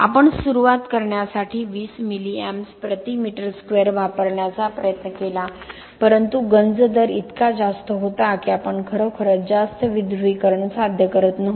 आपण सुरुवात करण्यासाठी 20 मिली एम्पस प्रति मीटर स्क्वेअर वापरण्याचा प्रयत्न केला परंतु गंज दर इतका जास्त होता की आपण खरोखरच जास्त विध्रुवीकरण साध्य करत नव्हतो